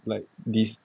like this